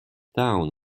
town